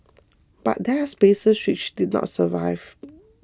but there are spaces which did not survive